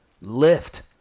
lift